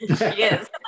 Yes